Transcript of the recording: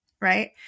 right